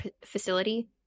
facility